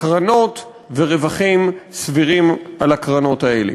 הקרנות ורווחים סבירים על הקרנות האלה.